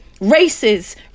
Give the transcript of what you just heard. Races